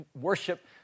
worship